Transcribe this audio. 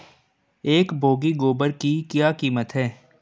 एक बोगी गोबर की क्या कीमत है?